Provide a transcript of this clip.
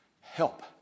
help